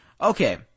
Okay